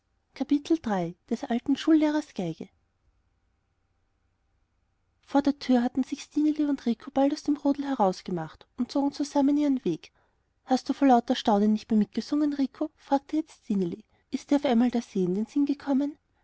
des alten schullehrers geige vor der tür hatten sich stineli und rico bald aus dem rudel herausgemacht und zogen zusammen ihren weg hast du vor lauter staunen nicht mehr mitgesungen rico fragte jetzt stineli ist dir etwa auf einmal der see in den sinn gekommen